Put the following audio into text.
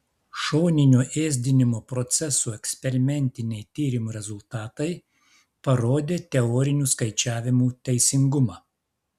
šoninio ėsdinimo procesų eksperimentiniai tyrimų rezultatai parodė teorinių skaičiavimų teisingumą